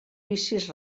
vicis